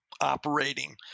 operating